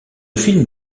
film